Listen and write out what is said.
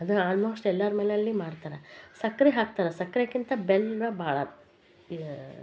ಅದು ಆಲ್ಮೋಸ್ಟ್ ಎಲ್ಲಾರ ಮನೇಲಿ ಮಾಡ್ತಾರೆ ಸಕ್ಕರೆ ಹಾಕ್ತಾರೆ ಸಕ್ಕರೆಕಿಂತ ಬೆಲ್ಲ ಭಾಳ